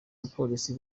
abapolisi